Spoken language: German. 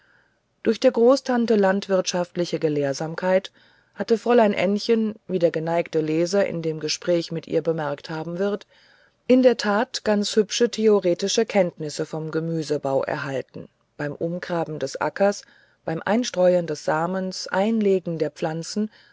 durch der großtante landwirtschaftliche gelehrsamkeit hatte fräulein ännchen wie der geneigte leser in dem gespräch mit ihr bemerkt haben wird in der tat ganz hübsche theoretische kenntnisse vom gemüsebau erhalten beim umgraben des ackers beim einstreuen des samens einlegung der pflanzen